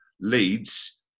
leads